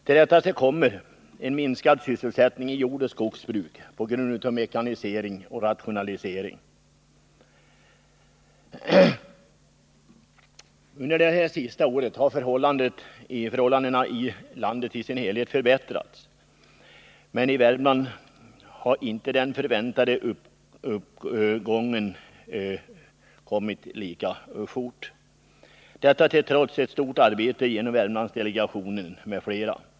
Till detta kommer en minskad sysselsättning inom jordoch skogsbruket på grund av mekanisering och rationalisering. Under det senaste året har förhållandet i landet i dess helhet förbättrats. Men i Värmland har inte den väntade uppgången kommit lika fort, trots det stora arbete som Värmlandsdelegationen och andra lagt ned.